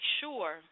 sure